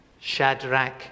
Shadrach